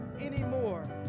anymore